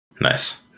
Nice